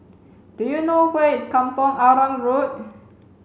do you know where is Kampong Arang Road